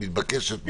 מתבקשת מאליה.